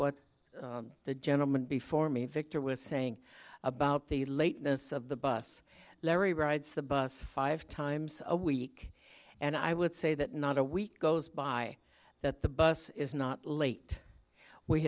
what the gentleman before me victor was saying about the lateness of the bus larry rides the bus five times a week and i would say that not a week goes by that the bus is not late we